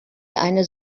eine